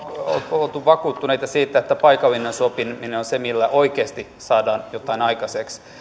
oltu vakuuttuneita siitä että paikallinen sopiminen on se millä oikeasti saadaan jotain aikaiseksi